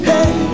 Hey